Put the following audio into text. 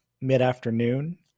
mid-afternoon